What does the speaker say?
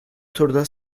turda